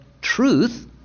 truth